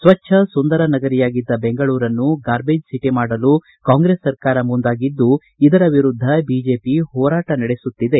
ಸ್ವಚ್ದ ಸುಂದರ ನಗರಿಯಾಗಿದ್ದ ಬೆಂಗಳೂರನ್ನು ಗಾರ್ದೇಜ್ ಸಿಟಿ ಮಾಡಲು ಕಾಂಗ್ರೆಸ್ ಸರ್ಕಾರ ಮುಂದಾಗಿದ್ದು ಇದರ ವಿರುದ್ಧ ಬಿಜೆಪಿ ಹೋರಾಟ ನಡೆಸುತ್ತಿದೆ